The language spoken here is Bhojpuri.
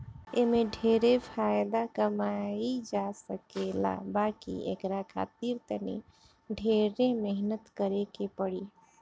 एमे ढेरे फायदा कमाई जा सकेला बाकी एकरा खातिर तनी ढेरे मेहनत करे के पड़ी